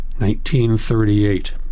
1938